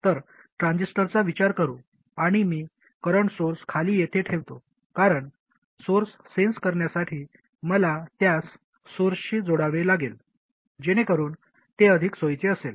तर ट्रान्झिस्टरचा विचार करू आणि मी करंट सोर्स खाली येथे ठेवतो कारण सोर्स सेन्स करण्यासाठी मला त्यास सोर्सशी जोडावे लागेल जेणेकरून ते अधिक सोयीचे असेल